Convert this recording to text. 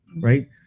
right